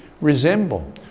resemble